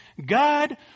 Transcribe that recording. God